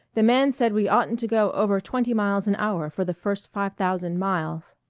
the man said we oughtn't to go over twenty miles an hour for the first five thousand miles.